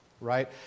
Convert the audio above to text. right